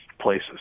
places